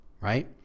right